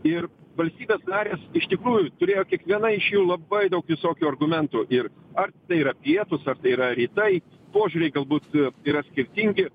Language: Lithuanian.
ir valstybės narės iš tikrųjų turėjo kiekviena iš jų labai daug visokių argumentų ir ar tai yra pietūs ar tai yra rytai požiūriai galbūt yra skirtingi